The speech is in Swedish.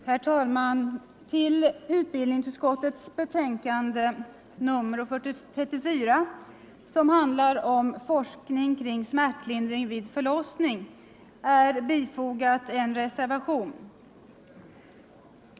Herr talman! Till utbildningsutskottets betänkande nr 34, som handlar om forskning kring smärtlindring vid förlossning, har fogats en reservation.